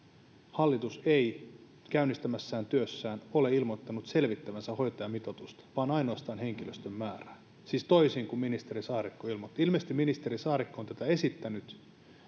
hallitus ei käynnistämässään työssä ole ilmoittanut selvittävänsä hoitajamitoitusta vaan ainoastaan henkilöstön määrää siis toisin kuin ministeri saarikko ilmoitti ilmeisesti ministeri saarikko on tätä esittänyt